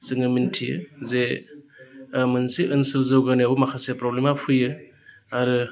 जोङो मिन्थियो जे मोनसे ओनसोल जौगानायाव माखासे प्रब्लेमा फैयो आरो